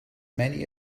many